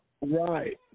Right